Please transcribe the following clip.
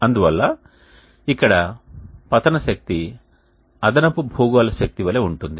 అందువల్ల ఇక్కడ పతన శక్తి అదనపు భూగోళ శక్తి వలె ఉంటుంది